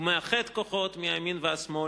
הוא מאחד כוחות מהימין והשמאל,